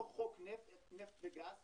לא חוק נפט וגז,